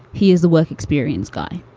he is a work experience guy